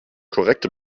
korrekte